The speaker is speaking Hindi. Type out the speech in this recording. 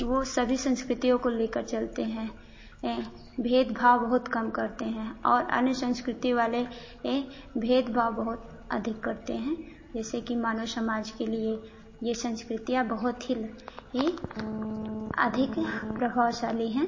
वो सभी संस्कृतियों को लेकर चलते हैं भेद भाव बहुत कम करते हैं और अन्य संस्कृति वाले भेद भाव बहुत अधिक करते हैं जैसे कि मानव समाज के लिए ये संस्कृतियाँ बहुत ही हे अधिक प्रभावशाली हैं